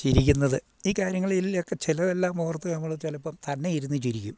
ചിരിക്കുന്നത് ഈ കാര്യങ്ങളിൽ ഒക്കെ ചിലതെല്ലാം ഓർത്ത് നമ്മള് ചിലപ്പം തന്നെ ഇരുന്ന് ചിരിക്കും